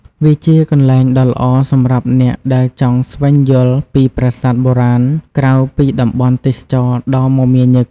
វាជាកន្លែងដ៏ល្អសម្រាប់អ្នកដែលចង់ស្វែងយល់ពីប្រាសាទបុរាណក្រៅពីតំបន់ទេសចរណ៍ដ៏មមាញឹក។